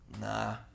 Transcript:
Nah